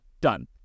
done